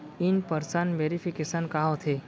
In person verification का होथे?